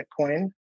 Bitcoin